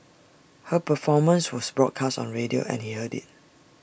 her performance was broadcast on radio and he heard IT